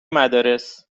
مدارس